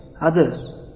others